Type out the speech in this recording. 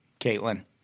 Caitlin